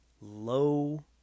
low